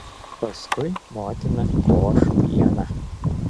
paskui motina koš pieną